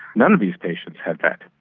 none of these patients had that.